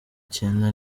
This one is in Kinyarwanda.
cyenda